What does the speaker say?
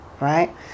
right